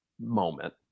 moment